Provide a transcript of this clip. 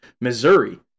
Missouri